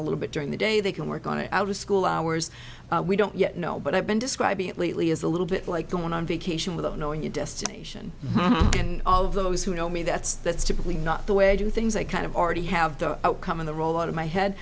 a little bit during the day they can work on it out of school hours we don't yet know but i've been describing it lately as a little bit like going on vacation without knowing your destination and of those who know me that's that's typically not the way i do things they kind of already have the outcome of the roll out of my head